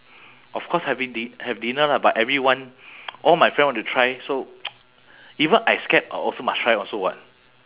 of course having di~ have dinner lah but everyone all my friend want to try so even I scared also must try also [what]